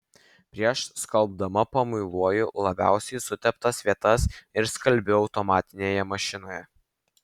prieš skalbdama pamuiluoju labiausiai suteptas vietas ir skalbiu automatinėje mašinoje